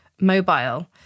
mobile